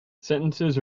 sentences